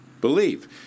believe